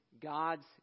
God's